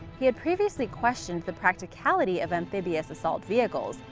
he had previously questioned the practicality of amphibious assault vehicles,